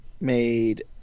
made